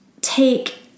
take